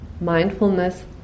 mindfulness